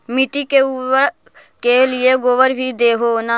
मिट्टी के उर्बरक के लिये गोबर भी दे हो न?